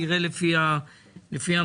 נראה לפי המצב.